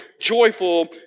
Joyful